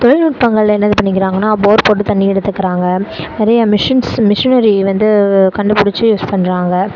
தொழில்நுட்பங்களில் என்ன இது பண்ணிக்கிறாங்கன்னா போர் போட்டு தண்ணி எடுத்துக்கிறாங்க நிறையா மிஷின்ஸும் மிஷினரி வந்து கண்டுப்புடிச்சு யூஸ் பண்ணுறாங்க